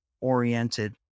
oriented